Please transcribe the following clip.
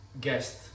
guest